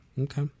okay